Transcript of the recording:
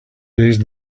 days